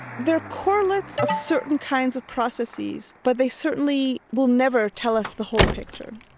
they're correlates of certain kinds of processes but they certainly will never tell us the whole picture.